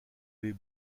les